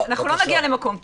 אנחנו לא נגיע למקום טוב.